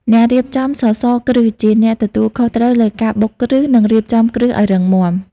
អ្នករៀបចំសសរគ្រឹះជាអ្នកទទួលខុសត្រូវលើការបុកគ្រឹះនិងរៀបចំគ្រឹះឱ្យរឹងមាំ។